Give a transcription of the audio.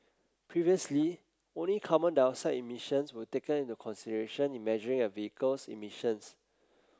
previously only carbon dioxide emissions were taken into consideration in measuring a vehicle's emissions